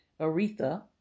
Aretha